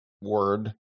word